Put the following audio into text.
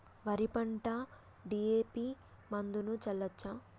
వరి పంట డి.ఎ.పి మందును చల్లచ్చా?